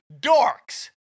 dorks